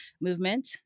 movement